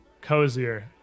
cozier